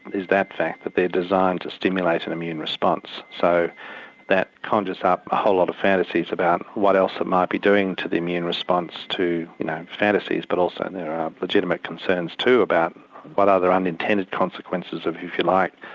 is that fact that they're designed to stimulate an and immune response, so that conjures up a whole lot of fantasies about what else it might be doing to the immune response to you know fantasies, but also and there are legitimate concerns too about what other unintended consequences of if you like,